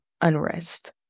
unrest